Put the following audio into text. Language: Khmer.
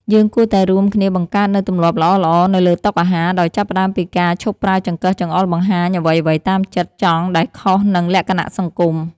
យើងគួរតែរួមគ្នាបង្កើតនូវទម្លាប់ល្អៗនៅលើតុអាហារដោយចាប់ផ្តើមពីការឈប់ប្រើចង្កឹះចង្អុលបង្ហាញអ្វីៗតាមចិត្តចង់ដែលខុសនឹងលក្ខណៈសង្គម។